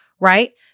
Right